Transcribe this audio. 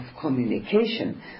communication